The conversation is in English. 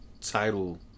title